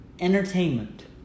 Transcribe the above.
entertainment